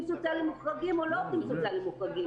סוציאליים מוחרגים או לא עובדים סוציאליים מוחרגים.